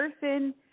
person